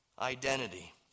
identity